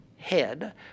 head